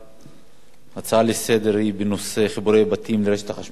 ההצעה לסדר-היום היא בנושא חיבורי בתים לרשת החשמל במגזר הדרוזי,